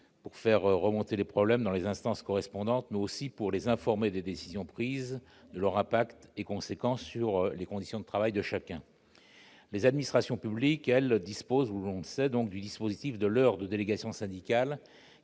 pour faire remonter les problèmes dans les instances correspondantes, mais aussi pour les informer des décisions prises, de leur impact et de leurs conséquences sur les conditions de travail de chacun. Les administrations publiques, quant à elles, ont le dispositif de l'heure de délégation syndicale,